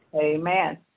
Amen